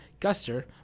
Guster